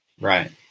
Right